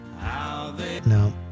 No